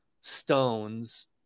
stones